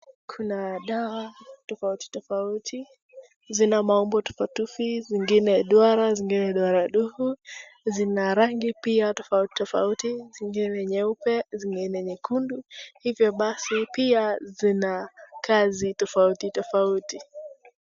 Kuna dawa tofauti tofauti. Zina maumbo tofauti tofauti zingine duara, zingine duaradufu. Zina rangi pia tofauti tofauti, zingine ni nyeupe, zingine ni nyekundu. Hivyo basi, pia zina kazi tofauti tofauti.